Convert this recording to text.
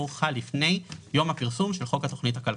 חל לפני יום הפרסום של חוק התכנית הכלכלית.